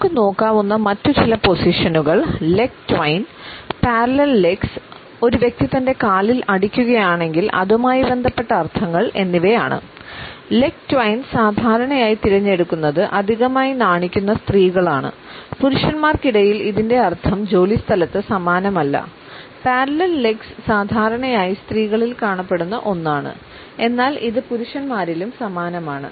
നമുക്ക് നോക്കാവുന്ന മറ്റ് ചില പൊസിഷനുകൾ ലെഗ് ട്വിൻ സാധാരണയായി സ്ത്രീകളിൽ കാണപ്പെടുന്ന ഒന്നാണ് എന്നാൽ ഇത് പുരുഷന്മാരിലും സമാനമാണ്